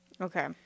Okay